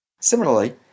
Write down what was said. Similarly